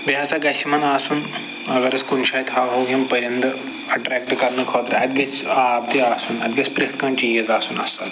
بیٚیہِ ہسا گژھِ یِمَن آسُن اَگر أسۍ کُنہِ جایہِ تھاوہو یِم پٔرِنٛدٕ اٮ۪ٹرٮ۪کٹ کرنہٕ خٲطرٕ اَتہِ گژھِ آب تہِ آسُن اَتہِ گژھِ پرٛٮ۪تھ کانٛہہ چیٖز آسُن اَصٕل